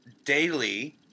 Daily